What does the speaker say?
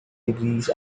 degrees